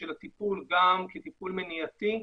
אחד לא ישן אלא כולנו עבדנו יום ולילה,